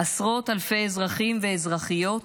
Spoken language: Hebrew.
עשרות אלפי אזרחים ואזרחיות